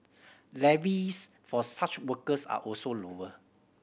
levies for such workers are also lower